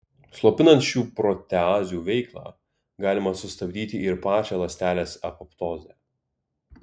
slopinant šių proteazių veiklą galima sustabdyti ir pačią ląstelės apoptozę